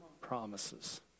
promises